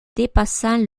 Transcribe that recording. dépassant